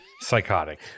psychotic